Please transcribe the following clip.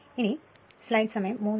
കാരണം ഫ്ലക്സ് ∅ ക്ക് ആനുപാതികമാണ്